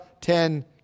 ten